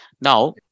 Now